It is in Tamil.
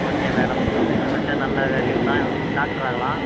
ஓகே மேடம் பியூர் சயின்ஸ் படிச்சால் நல்லா வேல்யூ தான் டாக்டராகலாம்